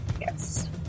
Yes